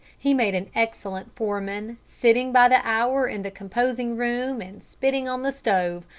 he made an excellent foreman, sitting by the hour in the composing-room and spitting on the stove,